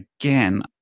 again